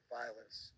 violence